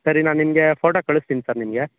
ಸರಿ ನಾನು ನಿಮಗೆ ಫೋಟೋ ಕಳ್ಸ್ತೀನಿ ಸರ್ ನಿಮಗೆ